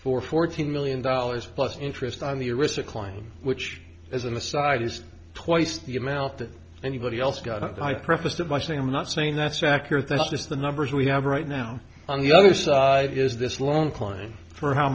for fourteen million dollars plus interest on the arista client which as an aside is twice the amount that anybody else got i prefaced it by saying i'm not saying that's accurate that's just the numbers we have right now on the other side is this loan klein for how